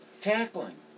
tackling